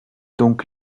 donc